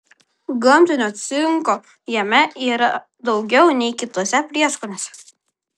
gamtinio cinko jame yra daugiau nei kituose prieskoniuose